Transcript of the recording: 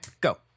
go